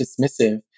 dismissive